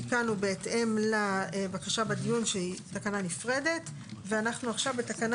תיקנו בהתאם לבקשה בדיון שהיא תקנה נפרדת ואנחנו עכשיו בתקנה